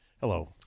Hello